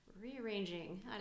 rearranging